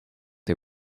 hij